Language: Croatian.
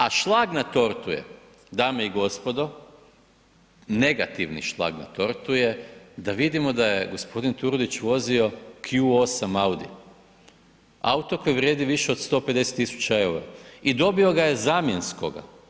A šlag na tortu je dame i gospodo, negativni šlag na tortu je da vidimo da je g. Turudić vozio Q8 Audi auto koji vrijedi više od 150.000 eura i dobio ga je zamjenskoga.